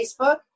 Facebook